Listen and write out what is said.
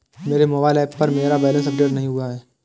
मेरे mobile app पर मेरा बैलेंस अपडेट नहीं हुआ है